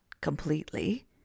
completely